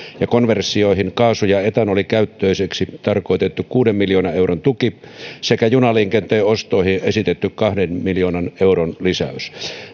ja konversioihin kaasu ja etanolikäyttöiseksi tarkoitettu kuuden miljoonan euron tuki sekä junaliikenteen ostoihin esitetty kahden miljoonan euron lisäys